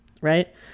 Right